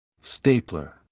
Stapler